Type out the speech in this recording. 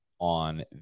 on